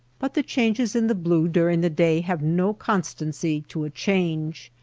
but the changes in the blue during the day have no constancy to a change.